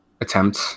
attempt